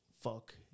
Fuck